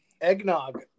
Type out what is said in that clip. Eggnog